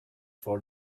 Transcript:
for